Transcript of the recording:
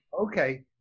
okay